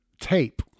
tape